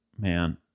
Man